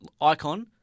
icon